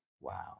Wow